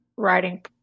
writing